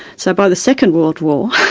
so by the second world war,